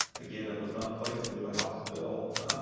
again, it was not placed into a house bill.